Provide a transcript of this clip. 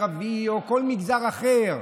ערבי או כל מגזר אחר,